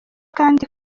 kandi